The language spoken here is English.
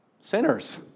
Sinners